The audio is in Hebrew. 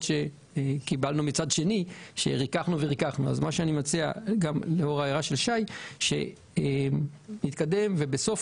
שקיבלנו כאשר ריככנו אני מציע לאור ההערה של שי שנתקדם ובסוף